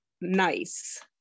nice